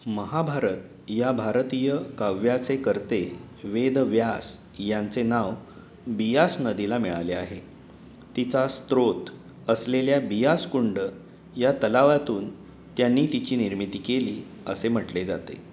महाभारत या भारतीय काव्याचे कर्ते वेदव्यास यांचे नाव बियास नदीला मिळाले आहे तिचा स्रोत असलेल्या बियासकुंड या तलावातून त्यांनी तिची निर्मिती केली असे म्हटले जाते